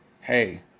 hey